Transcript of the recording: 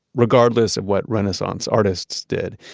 regardless of what renaissance artists did,